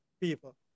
people